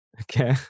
Okay